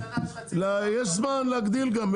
יש זמן להגדיל גם,